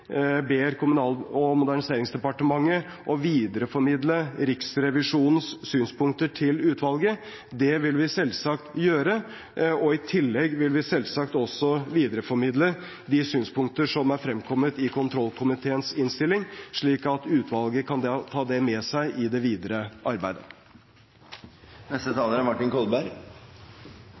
ber Kommunal- og moderniseringsdepartementet å videreformidle Riksrevisjonens synspunkter til utvalget. Det vil vi selvsagt gjøre, og i tillegg vil vi selvsagt også videreformidle de synspunkter som er fremkommet i kontrollkomiteens innstilling, slik at utvalget kan ta det med seg i det videre arbeidet.